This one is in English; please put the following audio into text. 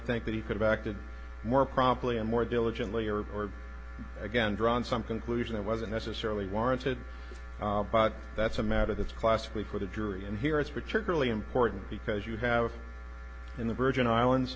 think that he could have acted more promptly and more diligently or or again drawn some conclusion that wasn't necessarily warranted but that's a matter that's classically for the jury and here it's particularly important because you have in the virgin islands